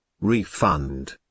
refund